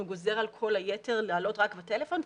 הוא גוזר על כל היתר לעלות בטלפון?